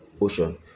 ocean